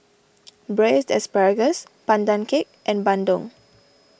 Braised Asparagus Pandan Cake and Bandung